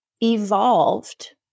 evolved